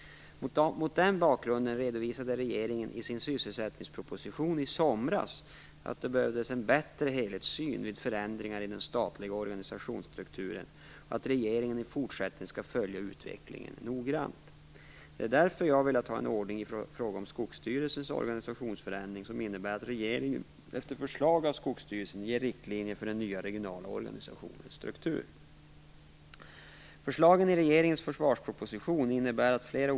Mot den bakgrunden redovisade regeringen i sin sysselsättningsproposition i somras att det behövs en bättre helhetssyn vid förändringar i den statliga organisationsstrukturen och att regeringen i fortsättningen skall följa utvecklingen noggrant. Det är därför jag velat ha en ordning i fråga om Skogsstyrelsens organisationsförändring som innebär att regeringen, efter förslag av Skogsstyrelsen, ger riktlinjer för den nya regionala organisationens struktur.